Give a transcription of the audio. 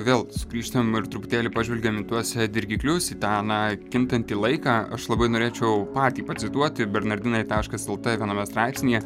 vėl sugrįžtam ir truputėlį pažvelgiam į tuos dirgiklius į tą na kintantį laiką aš labai norėčiau patį pacituoti bernardinai taškas lt viename straipsnyje